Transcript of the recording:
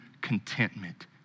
contentment